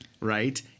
right